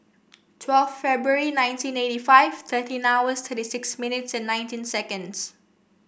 twelve February nineteen eighty five thirteen hours thirty six minutes and nineteen seconds